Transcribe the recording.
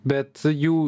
bet jų